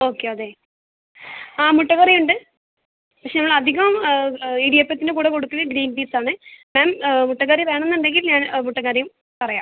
okay അതെ ആ മുട്ടക്കറിയുണ്ട് പക്ഷേ ഞങ്ങൾ അധികം ഇടിയപ്പത്തിൻ്റെ കൂടെ കൊടുക്കൽ ഗ്രീൻ പീസ് ആണ് മാം മുട്ടക്കറി വേണമെന്നുണ്ടെങ്കിൽ ഞാൻ മുട്ടക്കറിയും പറയാം